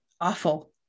Awful